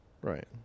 Right